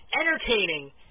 entertaining